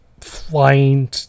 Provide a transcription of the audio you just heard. flying